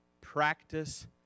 practice